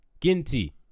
Ginty